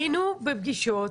היינו בפגישות,